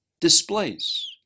displays